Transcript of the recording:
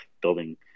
building